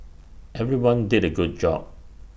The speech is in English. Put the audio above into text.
everyone did A good job